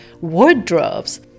wardrobes